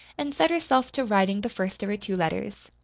and set herself to writing the first of her two letters.